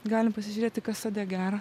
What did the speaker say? galim pasižiūrėti kas sode gero